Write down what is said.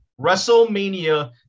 WrestleMania